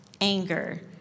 Anger